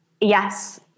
Yes